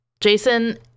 Jason